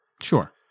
sure